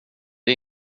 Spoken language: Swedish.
det